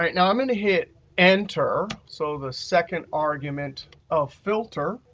um now i'm going to hit enter. so the second argument of filter.